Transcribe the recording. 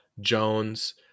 jones